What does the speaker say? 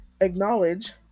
acknowledge